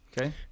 Okay